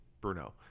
Bruno